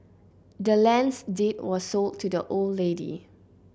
the land's deed was sold to the old lady